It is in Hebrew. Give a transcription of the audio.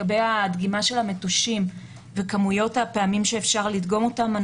הדגימה של המטושים וכמויות הפעמים שאפשר לדגום אותן,